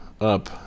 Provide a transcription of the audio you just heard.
up